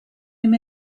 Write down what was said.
him